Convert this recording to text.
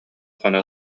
хоно